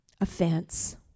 offense